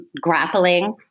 grappling